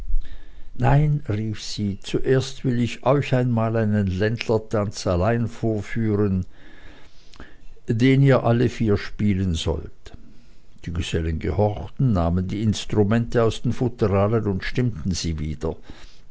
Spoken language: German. nein rief sie zuerst will ich euch einmal einen ländlertanz allein vorführen den ihr alle vier spielen sollt die gesellen gehorchten nahmen die instrumente aus den futteralen und stimmten sie wieder